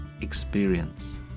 experience